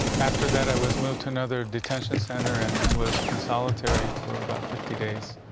after that i was moved to another detention center and was in solitary for about fifty days.